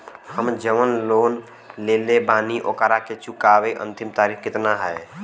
हम जवन लोन लेले बानी ओकरा के चुकावे अंतिम तारीख कितना हैं?